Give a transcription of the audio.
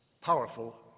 powerful